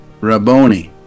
Rabboni